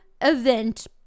event